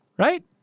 Right